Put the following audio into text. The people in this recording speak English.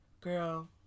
Girl